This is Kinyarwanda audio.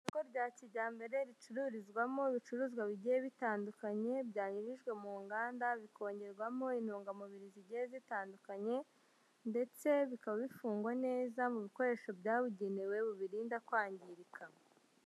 Isoko rya kijyambere, ricururizwamo ibicuruzwa bigiye bitandukanye, byanyujijwe mu nganda, bikongerwamo intungamubiri zigiye zitandukanye, ndetse bikaba bifungwa neza mu bikoresho byabugenewe bibirinda kwangirika.